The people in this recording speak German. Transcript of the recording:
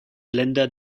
länder